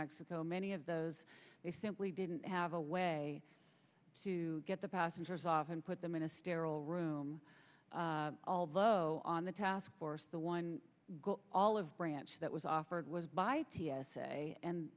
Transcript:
mexico many of those they simply didn't have a way to get the passengers off and put them in a sterile room although on the task force the one goal all of branch that was offered was by t s a and